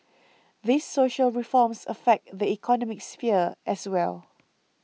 these social reforms affect the economic sphere as well